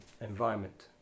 environment